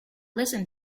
listen